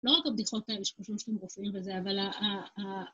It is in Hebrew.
לא רק הבדיחות האלה שאנחנו משתמשים עם רופאים וזה, אבל ה... ה... ה...